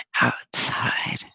outside